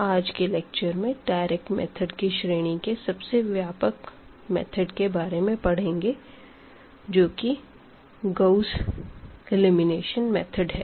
आज के लेक्चर में डायरेक्ट मेथड की श्रेणी के सबसे व्यापक मेथड के बारे में पढ़ेंगे जो की गाउस एलिमिनेशन मेथड है